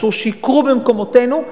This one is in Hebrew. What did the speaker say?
אסור שיקרו במקומותינו.